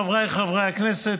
חבריי חברי הכנסת,